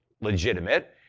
legitimate